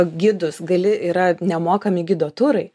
gidus gali yra nemokami gido turai